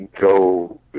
go